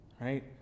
Right